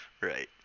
Right